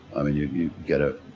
i mean you you get a,